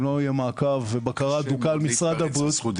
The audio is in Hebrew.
אם לא יהיה מעקב ובקרה הדוקה על משרד הבריאות